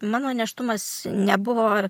mano nėštumas nebuvo